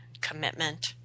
commitment